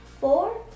Four